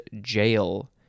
jail